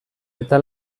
eta